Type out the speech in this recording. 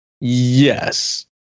Yes